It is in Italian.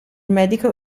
medico